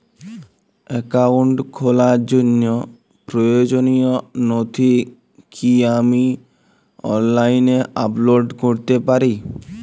Account খোলার জন্য প্রয়োজনীয় নথি কি আমি অনলাইনে আপলোড করতে পারি?